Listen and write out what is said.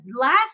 last